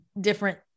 different